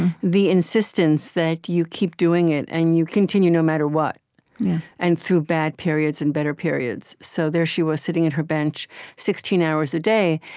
the insistence that you keep doing it, and you continue no matter what and through bad periods and better periods. so there she was, sitting at her bench sixteen hours a day,